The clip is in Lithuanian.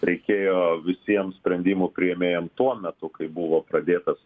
reikėjo visiems sprendimų priėmėjam tuo metu kai buvo pradėtas